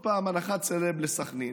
עוד פעם, הנחת סלב לסח'נין,